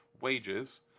wages